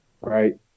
right